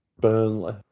Burnley